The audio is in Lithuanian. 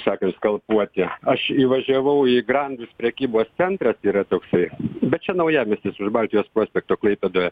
sakė skalpuoti aš įvažiavau į grandus prekybos centras yra toksai bet čia naujamiestis už baltijos prospekto klaipėdoje